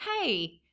hey